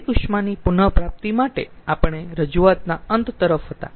વ્યય ઉષ્માની પુન પ્રાપ્તિ માટે આપણે રજૂઆતના અંત તરફ હતા